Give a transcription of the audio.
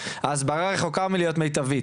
ההסברה רחוקה מלהיות מיטבית,